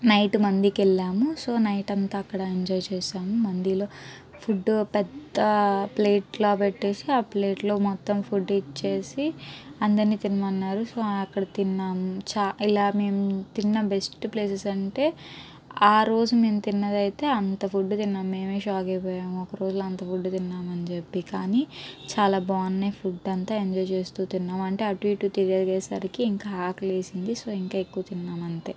night మందికి వెళ్ళాము so night అంతా అక్కడ ఎంజాయ్ చేసాము మందిలో ఫుడ్ పెద్ద ప్లేట్లో పెట్టేసి ఆ ప్లేట్లో మొత్తం ఫుడ్ ఇచ్చేసి అందరినీ తినమన్నారు సో అక్కడ తిన్నాం చ ఇలా మేము తిన్న బెస్ట్ ప్లేసెస్ అంటే ఆ రోజు నేను తిన్నది అయితే అంత ఫుడ్ తిన్నాము మేమే షాక్ అయిపోయాము ఒక రోజులో అంత ఫుడ్డు తిన్నాం అని చెప్పి కానీ చాలా బాగున్నాయి ఫుడ్ అంతా ఎంజాయ్ చేస్తూ తిన్నాము అంటే అటు ఇటు తిరిగేసరికి ఇంకా ఆకలి వేసింది సో ఇంకా ఎక్కువ తిన్నాము అంతే